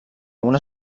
una